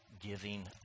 giving